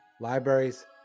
Libraries